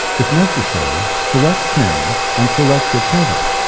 if necessary, select change and select your printer.